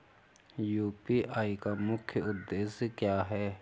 UPI का मुख्य उद्देश्य क्या है?